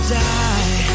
die